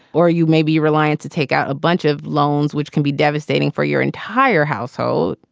or you may be reliant to take out a bunch of loans which can be devastating for your entire household?